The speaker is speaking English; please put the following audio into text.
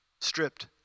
stripped